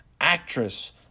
actress